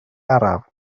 araf